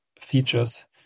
features